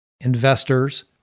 investors